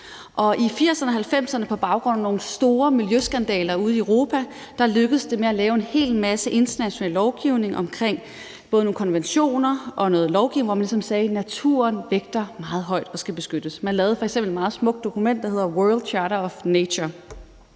1990'erne lykkedes det på baggrund af nogle store miljøskandaler ude i Europa at lave en hel masse international lovgivning om nogle konventioner, hvor man ligesom sagde, at naturen skal vægtes meget højt og beskyttes. Man lavede f.eks. et meget smukt dokument, der hedder »World Charter for Nature«.